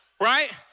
right